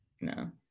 no